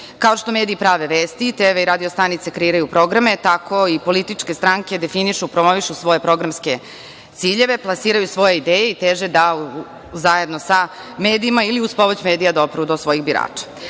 Kao što mediji prave vesti, TV i radio stanice kreiraju programe, tako i političke stranke definišu, promovišu svoje programske ciljeve, plasiraju svoje ideje i teže da zajedno sa medijima ili uz pomoć medija dopru do svojih birača. Evo,